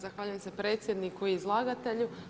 Zahvaljujem se predsjedniku i izlagatelju.